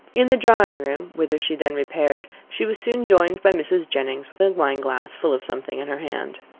in the drawing-room, whither she then repaired, she was soon joined by mrs. jennings, with a wine-glass, full of something, in her hand.